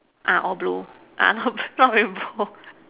ah all blue ah not blue not rainbow